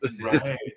Right